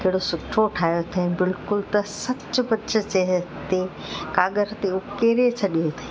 कहिड़ो सुठो ठाहियो अथईं बिल्कुलु त सच बुच ते काॻर ते उहो केरे छॾियो